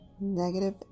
Negative